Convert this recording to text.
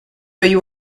you